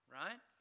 right